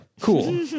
Cool